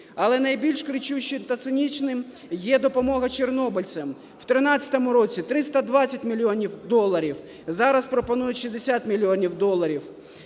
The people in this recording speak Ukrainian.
Але найбільш кричущим та цинічним є допомога чорнобильцям. В 13-му році - 320 мільйонів доларів, зараз пропонують 60 мільйонів доларів.